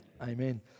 Amen